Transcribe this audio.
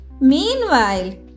Meanwhile